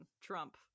Trump